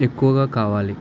ఎక్కువగా కావాలి